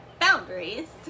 boundaries